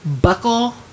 buckle